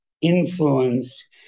influence